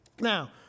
Now